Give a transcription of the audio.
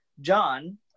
John